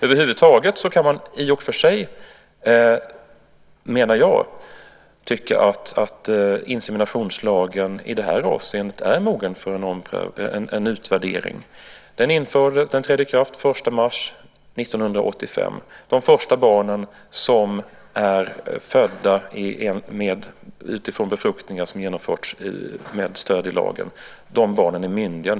Över huvud taget kan man tycka, menar jag, att inseminationslagen i det här avseendet är mogen för en utvärdering. Den trädde i kraft den 1 mars 1985. De första barnen som fötts utifrån befruktningar som genomförts med stöd i lagen är nu myndiga.